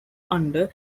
under